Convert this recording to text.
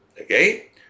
Okay